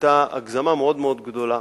היתה הגזמה מאוד גדולה